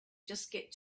get